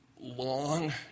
long